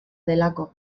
delako